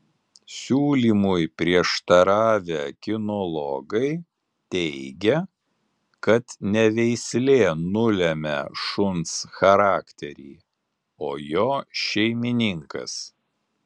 siūlymui prieštaravę kinologai teigia kad ne veislė nulemia šuns charakterį o jo šeimininkas